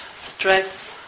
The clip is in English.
stress